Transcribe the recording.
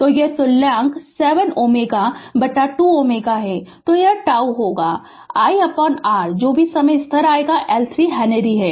तो यह तुल्यांक 7 Ω बटा 2 Ω है तो τ होगा lR जो भी समय स्थिर आएगा L 3 हेनरी है